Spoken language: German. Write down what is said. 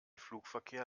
flugverkehr